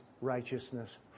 righteousness